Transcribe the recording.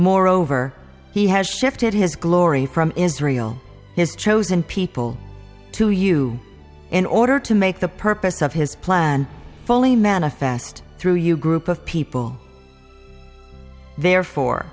moreover he has shifted his glory from israel his chosen people to you in order to make the purpose of his plan fully manifest through you group of people therefore